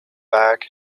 bag